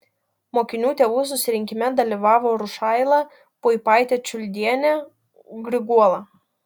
mokinių tėvų susirinkime dalyvavo v rušaila d puipaitė čiuldienė r griguola